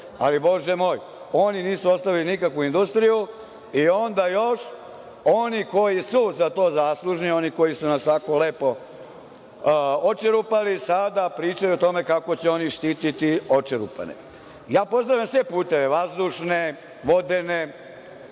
ali bože moj, oni nisu ostavili nikakvu industriju i onda još oni koji su za to zaslužni, koji su nas tako lepo očerupali sada pričaju o tome kako će oni štititi očerupane. Ja pozdravljam sve puteve, vazdušne, vodene,